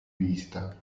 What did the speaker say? vista